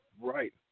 Right